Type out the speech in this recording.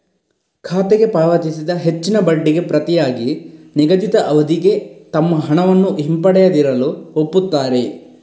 ಖಾತೆಗೆ ಪಾವತಿಸಿದ ಹೆಚ್ಚಿನ ಬಡ್ಡಿಗೆ ಪ್ರತಿಯಾಗಿ ನಿಗದಿತ ಅವಧಿಗೆ ತಮ್ಮ ಹಣವನ್ನು ಹಿಂಪಡೆಯದಿರಲು ಒಪ್ಪುತ್ತಾರೆ